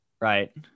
right